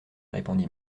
répondit